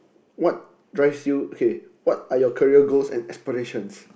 what drives you okay what are your career goals and aspirations